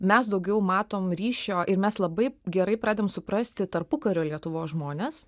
mes daugiau matom ryšio ir mes labai gerai pradedam suprasti tarpukario lietuvos žmones